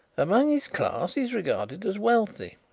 among his class he is regarded as wealthy.